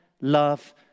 love